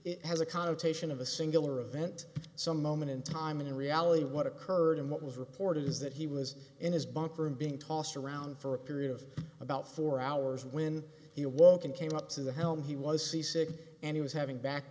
which has a connotation of a singular event some moment in time when in reality what occurred and what was reported is that he was in his bunker and being tossed around for a period of about four hours when he awoke and came up to the home he was seasick and he was having back